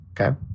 Okay